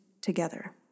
together